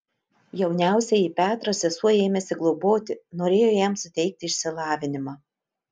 jauniausiąjį petrą sesuo ėmėsi globoti norėjo jam suteikti išsilavinimą